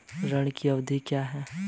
ऋण की अवधि क्या है?